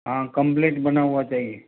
हाँ कंप्लीट बना हुआ चाहिए